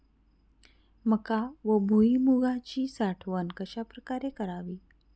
मका व भुईमूगाची साठवण कशाप्रकारे करावी?